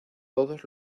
todos